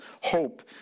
hope